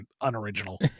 unoriginal